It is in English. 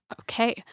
Okay